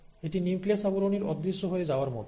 এটি নিউক্লিয়াস আবরণীর অদৃশ্য হয়ে যাওয়ার মতো